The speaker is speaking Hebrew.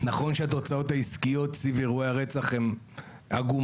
נכון שהתוצאות העסקיות סביב אירועי הרצח הן עגומות,